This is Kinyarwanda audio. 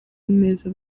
neza